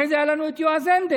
אחרי זה היה לנו את יועז הנדל,